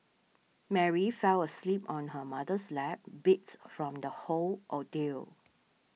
Mary fell asleep on her mother's lap beats from the whole ordeal